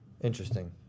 Interesting